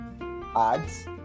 ads